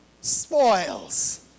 spoils